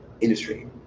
industry